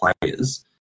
players